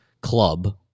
club